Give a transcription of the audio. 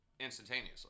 instantaneously